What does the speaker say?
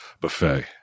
buffet